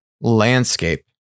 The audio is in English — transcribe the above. landscape